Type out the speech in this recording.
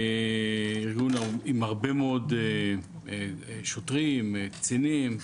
ארגון עם הרבה מאוד שוטרים, קצינים.